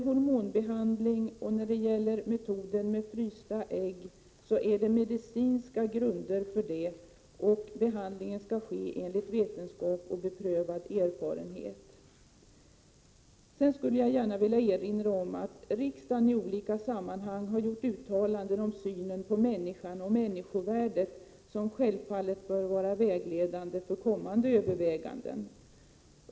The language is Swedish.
Hormonbehandling och förvaring av frysta ägg skall ske på medicinska grunder, och behandlingen skail ges enligt vetenskap och beprövad erfarenhet. Jag skulle gärna vilja erinra om att riksdagen i olika sammanhang har gjort uttalanden om synen på människan och människovärdet som självfallet bör vara vägledande för kommande överväganden.